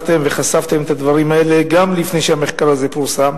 והלכתם וחשפתם את הדברים האלה גם לפני שהמחקר הזה פורסם.